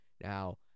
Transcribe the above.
Now